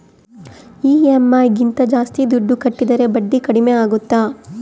EMI ಗಿಂತ ಜಾಸ್ತಿ ದುಡ್ಡು ಕಟ್ಟಿದರೆ ಬಡ್ಡಿ ಕಡಿಮೆ ಆಗುತ್ತಾ?